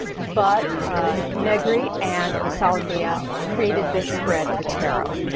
but negri and missaglia created this spread for tarot.